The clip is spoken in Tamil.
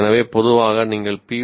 எனவே பொதுவாக நீங்கள் பி